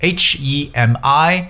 h-e-m-i